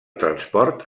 transport